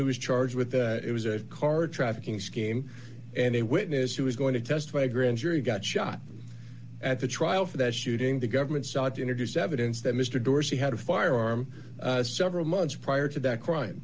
who was charged with the card trafficking scheme and a witness who was going to testify a grand jury got shot at the trial for that shooting the government sought to introduce evidence that mr dorsey had a firearm several months prior to that crime